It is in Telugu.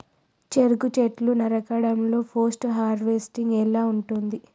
చెరుకు చెట్లు నరకడం లో పోస్ట్ హార్వెస్టింగ్ ఎలా ఉంటది?